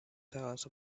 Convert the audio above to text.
silence